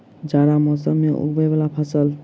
जाड़ा मौसम मे उगवय वला फसल?